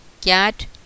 Cat